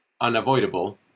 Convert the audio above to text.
unavoidable